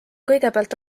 kõigepealt